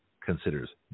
considers